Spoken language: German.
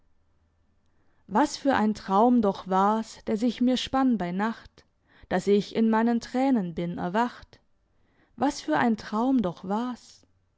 was für ein traum doch war's der sich mir spann bei nacht dass ich in meinen tränen bin erwacht was für ein traum doch war's